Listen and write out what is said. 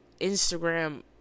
Instagram